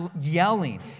yelling